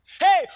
Hey